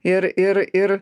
ir ir ir